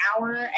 hour